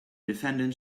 defendant